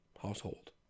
household